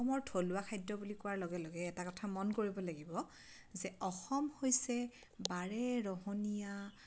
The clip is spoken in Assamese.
অসমৰ থলুৱা খাদ্য বুলি কোৱাৰ লগে লগে এটা কথা মন কৰিব লাগিব যে অসম হৈছে বাৰেৰহণীয়া